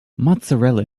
mozzarella